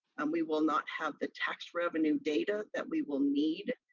and we will not have the tax revenue data that we will need,